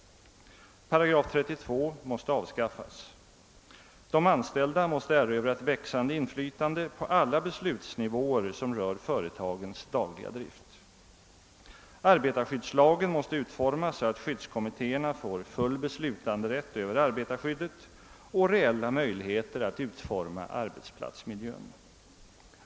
§ 32 måste avskaffas. De anställda måste erövra ett växande inflytande på alla beslutsnivåer som rör företagens dagliga drift. Arbetarskyddslagen måste utformas så att skyddskommittéerna får full beslutanderätt över arbetarskyddet och reella möjligheter att utforma arbetsplatsmiljön.